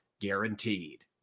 guaranteed